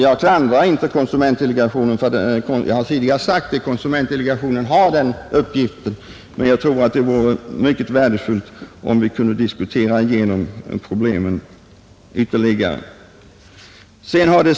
Jag anklagar inte konsumentdelegationen, jag har tidigare sagt att konsumentdelegationen har den uppgiften, men jag tror att det vore mycket värdefullt om vi kunde diskutera igenom problemen ytterligare.